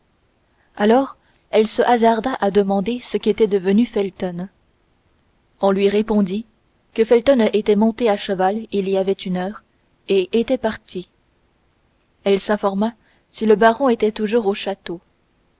alors elle se hasarda à demander ce qu'était devenu felton on lui répondit que felton était monté à cheval il y avait une heure et était parti elle s'informa si le baron était toujours au château